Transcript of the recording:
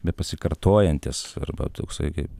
bepasikartojantis arba toksai kaip